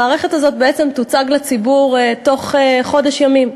המערכת הזאת בעצם תוצג לציבור בתוך חודש ימים,